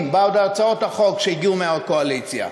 בעד הצעות החוק שהגיעו מהקואליציה.